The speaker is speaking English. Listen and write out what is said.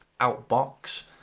outbox